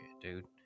dude